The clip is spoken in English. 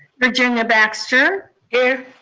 virginia baxter. here.